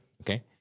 Okay